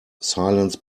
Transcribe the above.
silence